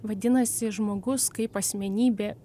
vadinasi žmogus kaip asmenybė